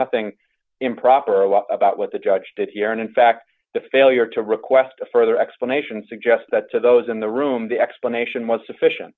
nothing improper a lot about what the judge did here and in fact the failure to request a further explanation suggests that to those in the room the explanation was sufficient